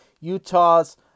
Utah's